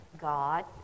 God